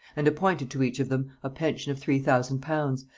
and appointed to each of them a pension of three thousand pounds,